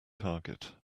target